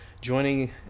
joining